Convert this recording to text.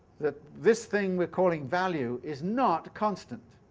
that this thing we're calling value is not constant.